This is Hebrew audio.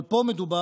אבל פה מדובר